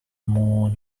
more